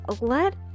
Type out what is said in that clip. let